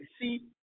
See